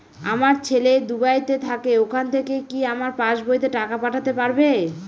আমার ছেলে দুবাইতে থাকে ওখান থেকে কি আমার পাসবইতে টাকা পাঠাতে পারবে?